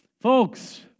Folks